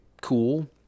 cool